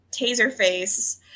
Taserface